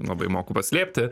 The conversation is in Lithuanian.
labai moku paslėpti